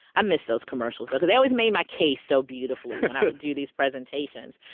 i miss those commercials, because they always made my case so beautifully, when i would do these presentations.